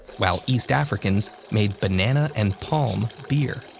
while east africans made banana and palm beer.